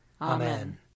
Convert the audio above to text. Amen